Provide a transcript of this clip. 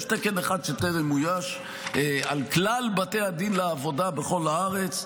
יש תקן אחד שטרם אויש בכלל בתי הדין לעבודה בכל הארץ.